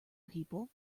people